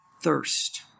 thirst